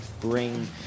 bring